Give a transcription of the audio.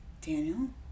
Daniel